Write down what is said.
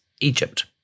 Egypt